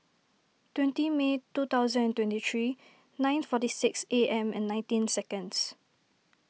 twenty May two thousand and twenty three nine forty six A M and nineteen seconds